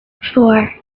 four